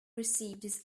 received